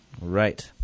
Right